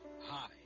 Hi